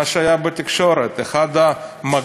מה שהיה בתקשורת: אחד המג"דים,